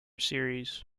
series